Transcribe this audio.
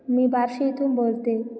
मी बार्शी इथून बोलते